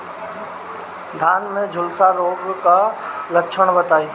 धान में झुलसा रोग क लक्षण बताई?